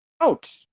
out